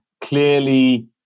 Clearly